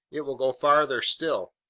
it will go farther still!